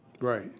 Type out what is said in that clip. Right